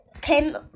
came